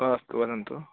आ अस्तु वदन्तु